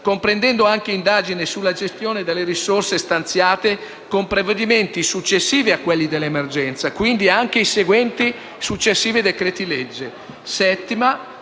comprendendo anche indagini sulla gestione delle risorse stanziate con provvedimenti successivi a quelli dell'emergenza (quindi anche i successivi decreti-legge).